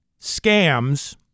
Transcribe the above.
scams